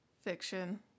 Fiction